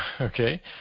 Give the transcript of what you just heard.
Okay